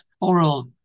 oral